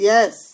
Yes